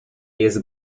jest